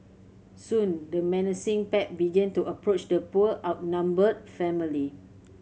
soon the menacing pack began to approach the poor outnumbered family